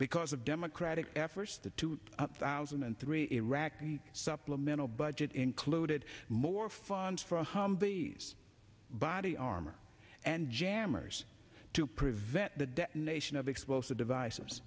because of democratic efforts the two thousand and three iraqi supplemental budget included more funds for humvees body armor and jammers to prevent the detonation of explosive devices